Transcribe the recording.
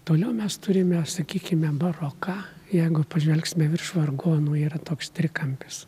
toliau mes turime sakykime baroką jeigu pažvelgsime virš vargonų yra toks trikampis